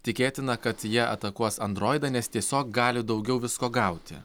tikėtina kad jie atakuos androidą nes tiesiog gali daugiau visko gauti